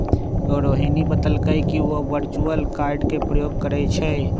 रोहिणी बतलकई कि उ वर्चुअल कार्ड के प्रयोग करई छई